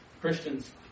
Christians